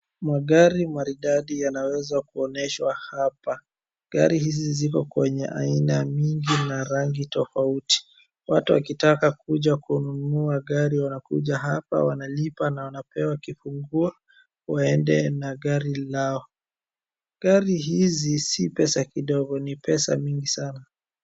Magari maridadi yanawezwa kuonyeshwa hapa. Gari hizi ziko kwenye aina mingi na rangi tofauti. Watu wakitaka kuja kununua gari wanakuja hapa, wanalipa na wanapewa kifunguo waende na gari lao. Gari hizi si pesa kidogo, ni pesa mingi sana.